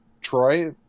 troy